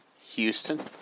Houston